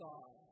God